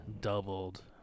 doubled